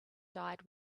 died